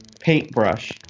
paintbrush